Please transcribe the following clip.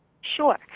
Sure